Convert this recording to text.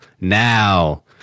now